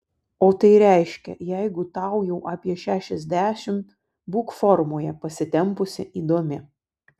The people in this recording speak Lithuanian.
o tai reiškia jeigu tau jau apie šešiasdešimt būk formoje pasitempusi įdomi